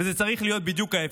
אבל זה צריך להיות בדיוק ההפך,